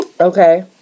Okay